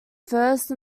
first